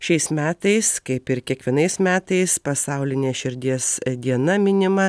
šiais metais kaip ir kiekvienais metais pasaulinė širdies diena minima